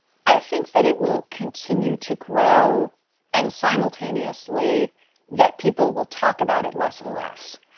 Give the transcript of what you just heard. i think that it will continue to grow and simultaneously that people will talk about it less and less.